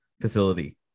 facility